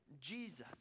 Jesus